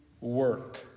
work